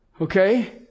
Okay